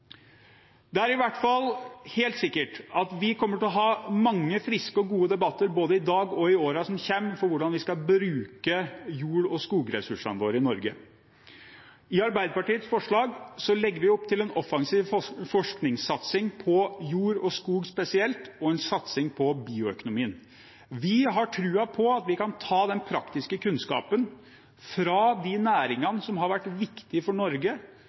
Det er i hvert fall helt sikkert at vi kommer til å ha mange friske og gode debatter, både i dag og i årene som kommer, om hvordan vi skal bruke jord- og skogressursene våre i Norge. I Arbeiderpartiets forslag legger vi opp til en offensiv forskningssatsing på jord og skog spesielt, og en satsing på bioøkonomien. Vi har tro på at vi kan ta den praktiske kunnskapen fra de næringene som historisk sett har vært viktige for Norge,